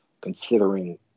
considering –